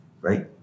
right